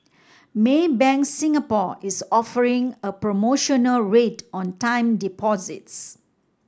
Maybank Singapore is offering a promotional rate on time deposits